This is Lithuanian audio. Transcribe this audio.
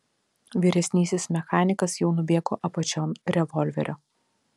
vyresnysis mechanikas jau nubėgo apačion revolverio